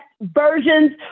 versions